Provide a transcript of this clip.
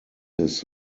his